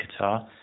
Qatar